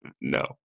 no